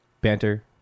banter